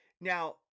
Now